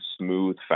smooth